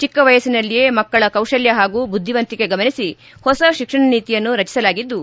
ಚಿಕ್ಕ ವಯಸ್ಸಿನಲ್ಲಿಯೇ ಮಕ್ಕಳ ಕೌಶಲ್ಯ ಹಾಗೂ ಬುದ್ದಿವಂತಿಕೆ ಗಮನಿಸಿ ಹೊಸ ಶಿಕ್ಷಣ ನೀತಿಯನ್ನು ರಚಿಸಲಾಗಿದ್ದು